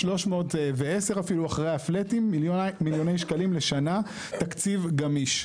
310 מיליוני שקלים לשנה, תקציב גמיש.